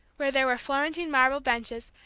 where there were florentine marble benches,